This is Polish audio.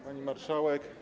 Pani Marszałek!